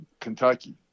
kentucky